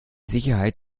sicherheit